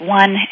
one